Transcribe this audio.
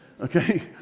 okay